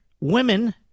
women